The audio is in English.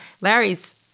Larry's